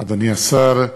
אדוני השר,